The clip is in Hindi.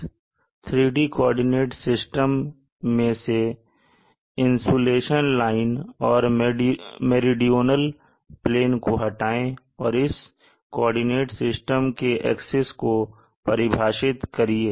इस 3D कोऑर्डिनेट सिस्टम में से इंसुलेशन लाइन और मेरीडोनल प्लेन को हटाए और इस कोऑर्डिनेट सिस्टम के एक्सिस को परिभाषित करिए